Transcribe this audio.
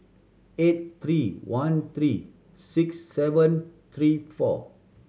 eight three one three six seven three four